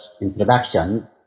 introduction